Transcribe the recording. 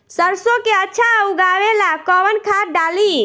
सरसो के अच्छा उगावेला कवन खाद्य डाली?